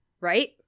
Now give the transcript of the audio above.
right